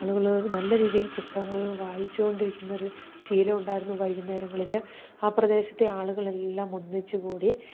ആളുകൾ നല്ല രീതിയിൽ പുസ്തകങ്ങൾ വായിച്ചു കൊണ്ടിരിക്കുന്നൊരു ശീലം ഉണ്ടായിരുന്നു വൈകുന്നേരങ്ങളിൽ ആ പ്രദേശത്തെ ആളുകളെയെല്ലാം ഒന്നിച്ചു കൂടി